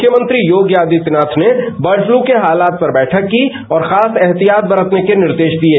मुख्यमंत्री योगी आदित्यनाथ ने bird flu के हालात पर बैठक की और खास एहतियात बरतर्न के निर्देश दिये